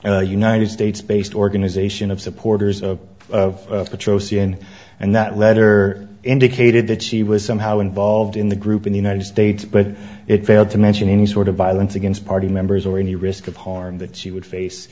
the united states based organization of supporters of patro c n n and that letter indicated that she was somehow involved in the group in the united states but it failed to mention any sort of violence against party members or any risk of harm that she would face